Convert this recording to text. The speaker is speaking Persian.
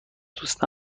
دوست